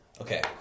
Okay